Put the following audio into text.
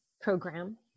program